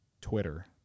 Twitter